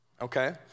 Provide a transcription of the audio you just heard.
Okay